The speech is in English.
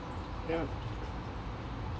ya